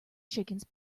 chickens